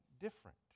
different